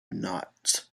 knots